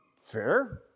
fair